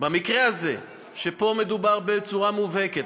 במקרה הזה, שבו מדובר בצורה מובהקת.